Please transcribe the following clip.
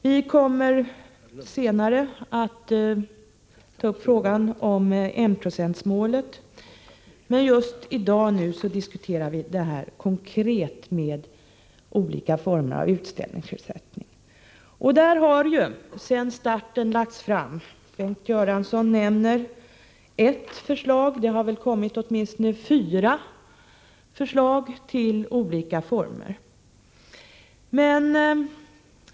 Vi kommer senare att ta upp frågan om enprocentsmålet, men just i dag diskuterar vi olika former av utställningsersättning. Vi har ju sedan starten lagt fram åtminstone fyra förslag till olika former — Bengt Göransson nämner bara ett.